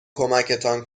کمکتان